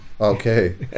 okay